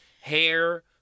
hair